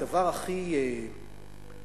הדבר הכי מרגש,